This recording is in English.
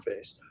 interface